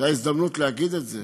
וזו ההזדמנות להגיד את זה,